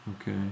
Okay